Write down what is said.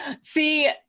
See